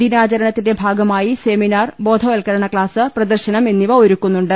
ദിനാചരണത്തിന്റെ ഭാഗമായി സെമിനാർ ബോധവത്കരണ ക്ലാസ് പ്രദർശനം എന്നിവ ഒരുക്കുന്നുണ്ട്